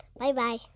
Bye-bye